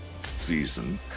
season